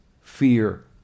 fear